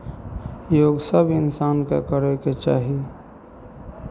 योग सभ इंसानकेँ करयके चाही